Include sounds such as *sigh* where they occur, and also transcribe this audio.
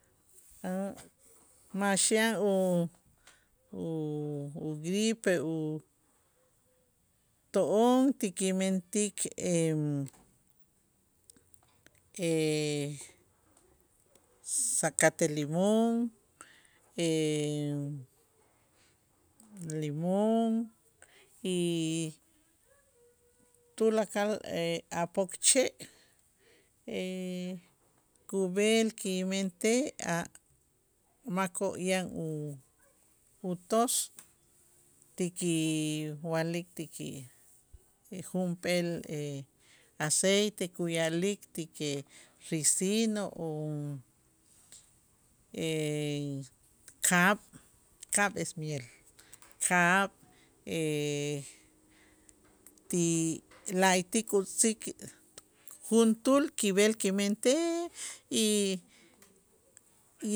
*hesitation* Max yan u- u- ugripe u to'on ti kimentik *hesitation* sacate limón *hesitation* limón y tulakal *hesitation* a' pokche' *hesitation* kub'el kimentej a' makoo' yan u- utos ti kiwa'lik ti ki junp'eel *hesitation* aceite kuya'lik ti ki risino o *hesitation* kab', kab' es miel kab' *hesitation* ti la'ayti' kutz'ik juntuul kib'el kimentej y